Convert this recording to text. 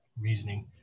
reasoning